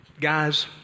guys